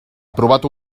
aprovat